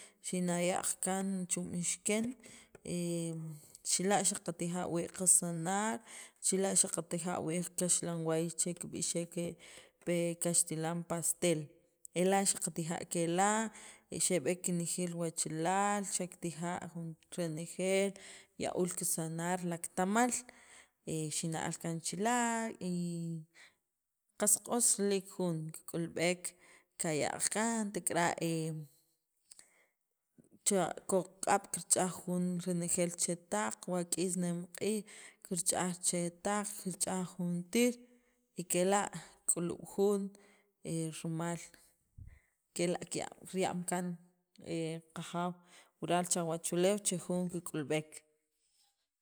Xinaaj yaq'kaan Chumixkin chila xaqa tijaa wii' qa sanaar chila xaqa tijaa wii' qa kaxlaway che ki b'ixeek e pi kaxtilan pastel ela' xaqa tijaa kela' i xeb'eek kenejeel wachalaal xakatija jun renejeel yauul kisanaar laktamaal xinaj alkan chila y qas q'os riliik jun kik'ulb'eek qa yaaq' kaan tekara' chila kokoq'ab' chir ch'aaj jun rinejeel chetaq' wa' k'is nimq'iij kirch'aj chetaq' kich'aj jun tiir y kela' kik'uluub' jun rimal kela' riyaam kaan qajaw wiral cha weech uleew che jun kik'ulb'eek.